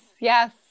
Yes